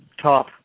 top